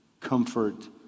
comfort